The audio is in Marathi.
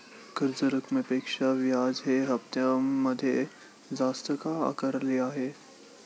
कर्ज रकमेपेक्षा व्याज हे हप्त्यामध्ये जास्त का आकारले आहे?